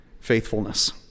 faithfulness